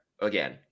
again